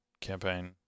campaign